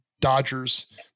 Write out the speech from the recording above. Dodgers